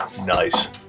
Nice